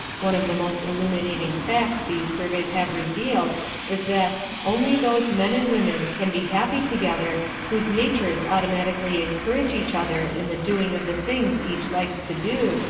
one of the most illuminating facts these surveys have revealed is that only those men and women can be happy together whose natures automatically encourage each other in the doing of the things each likes to do,